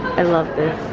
i love this.